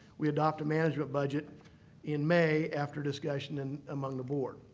we adopt a management budget in may after discussion and among the board.